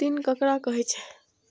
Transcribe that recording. ऋण ककरा कहे छै?